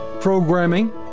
programming